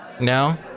No